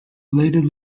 related